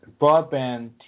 broadband